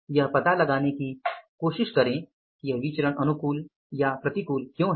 यह पता लगाने की कोशिश करें कि यह विचरण अनुकूल या प्रतिकूल क्यों हैं